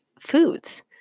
foods